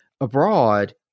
abroad